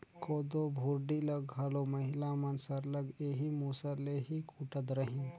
कोदो भुरडी ल घलो महिला मन सरलग एही मूसर ले ही कूटत रहिन